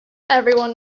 everyone